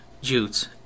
Jutes